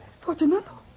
Fortunato